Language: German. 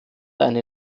eine